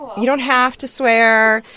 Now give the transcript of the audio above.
you don't have to swear,